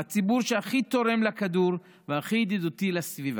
הציבור שהכי תורם לכדור והכי ידידותי לסביבה.